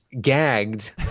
gagged